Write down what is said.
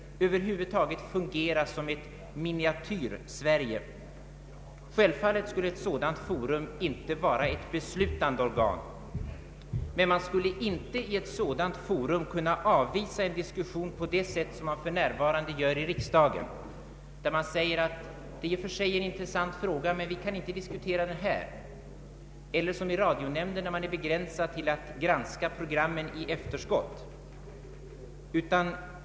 Över huvud taget skulle detta programråd fungera såsom ett Miniatyrsverige i radiooch TV-frågor. Självfallet skulle ett sådant forum inte vara ett beslutande organ. Men man skulle inte i ett sådant forum kunna avvisa diskussion på det sätt som man för närvarande gör i riksdagen, där det sägs att frågan i och för sig är intressant men den kan inte diskuteras här, eller i radionämnden, där man är hänvisad till att granska programmen i efterskott.